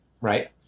right